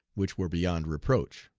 which were beyond reproach.